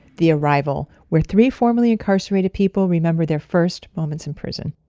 the arrival, where three formerly incarcerated people remember their first moments in prison